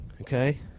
Okay